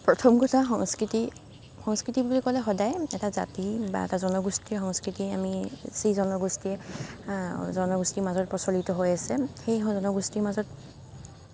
প্ৰথম কথা সংস্কৃতি সংস্কৃতি বুলি ক'লে সদায় এটা জাতি বা এটা জনগোষ্ঠীয় সংস্কৃতি আমি যি জনগোষ্ঠীৰ জনগোষ্ঠীৰ মাজত প্ৰচলিত হৈ আছে সেই জনগোষ্ঠীৰ মাজত